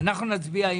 אנחנו נצביע עם